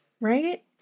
Right